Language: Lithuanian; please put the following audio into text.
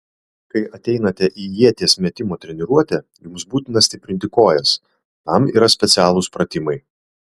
kai ateinate į ieties metimo treniruotę jums būtina stiprinti kojas tam yra specialūs pratimai